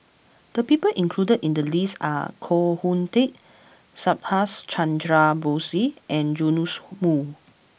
the people included in the list are Koh Hoon Teck Subhas Chandra Bose and Joash Moo